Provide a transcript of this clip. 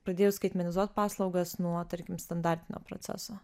pradėjus skaitmenizuot paslaugas nuo tarkim standartinio proceso